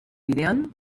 bidean